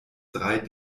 drei